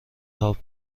تاپ